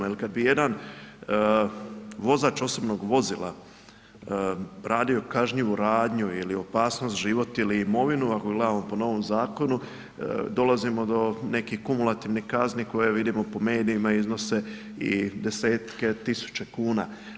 Jer kada bi jedan vozač osobnog vozila radio kažnjivu radnju ili opasnost za život ili imovinu, ako gledamo po novom zakonu dolazimo do nekih kumulativnih kazni koje vidimo po medijima iznose i desetke tisuća kuna.